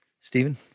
Stephen